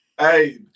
Hey